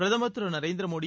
பிரதமர் திரு நரேந்திர மோடி